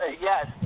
Yes